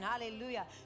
Hallelujah